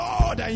Lord